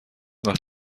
nach